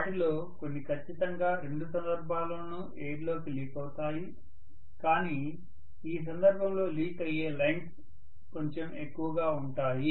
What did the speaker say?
వాటిలో కొన్ని ఖచ్చితంగా రెండు సందర్భాల్లోనూ ఎయిర్ లోకి లీక్ అవుతాయి కానీ ఈ సందర్భంలో లీక్ అయ్యే లైన్స్ కొంచెం ఎక్కువగా ఉంటాయి